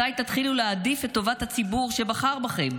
מתי תתחילו להעדיף את טובת הציבור שבחר בכם,